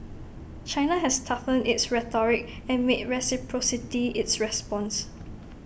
China has toughened its rhetoric and made reciprocity its response